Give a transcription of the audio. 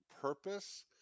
purpose